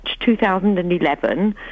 2011